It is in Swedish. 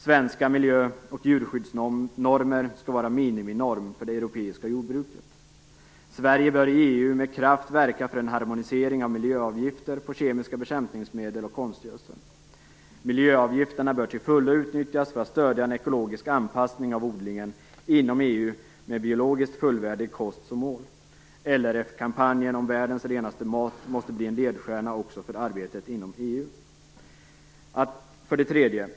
Svenska miljöoch djurskyddsnormer skall vara miniminorm för det europeiska jordbruket. 3. Sverige bör i EU med kraft verka för en harmonisering av miljöavgifter på kemiska bekämpningsmedel och konstgödsel. Miljöavgifterna bör till fullo utnyttjas för att stödja en ekologisk anpassning av odlingen inom EU med biologiskt fullvärdig kost som mål. LRF-kampanjen om världens renaste mat måste bli en ledstjärna också för arbetet inom EU. 4.